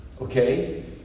okay